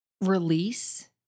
release